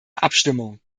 abstimmung